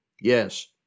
Yes